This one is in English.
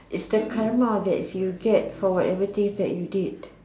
is the karma that did you get for whatever things that you did